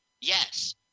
Yes